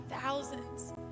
thousands